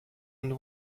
and